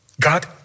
God